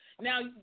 Now